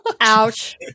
Ouch